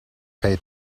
pay